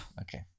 Okay